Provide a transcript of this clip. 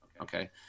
Okay